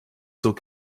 zur